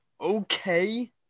Okay